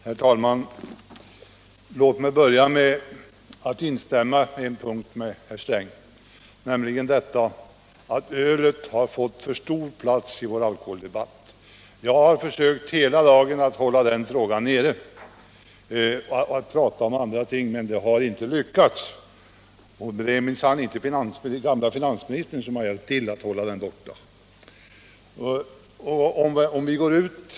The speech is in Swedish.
Herr talman! Låt mig börja mig att på en punkt instämma med herr Sträng, nämligen när han säger att ölet har fått för stor plats i vår alkoholdebatt. Jag har hela dagen försökt hålla tillbaka den frågan för att vi i stället skulle få prata om andra ting, men det har inte lyckats. Den tidigare finansministern är minsann inte den som har bidragit till att försöka hålla den fråga borta från debatten.